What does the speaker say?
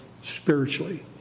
spiritually